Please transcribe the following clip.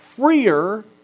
freer